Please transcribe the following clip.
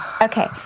okay